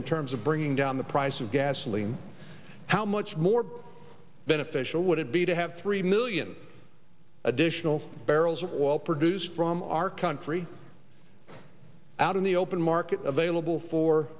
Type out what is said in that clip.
in terms of bringing down the price of gasoline how much more beneficial would it be to have three million additional barrels of oil produced from our country out in the open market available for